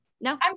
no